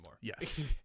yes